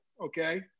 okay